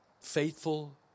faithful